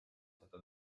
seda